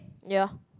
ya